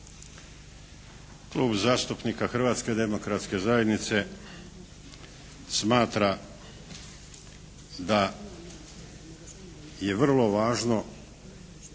Klub zastupnika Hrvatske demokratske zajednice smatra da je vrlo važno